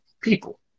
people